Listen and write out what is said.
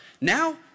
Now